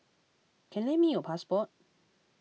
can lend me your passport